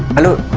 hello,